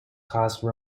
cause